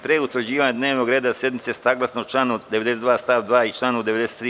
Pre utvrđivanja dnevnog reda sednice, saglasno članu 92. stav 2. i članu 93.